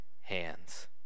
hands